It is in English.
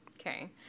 Okay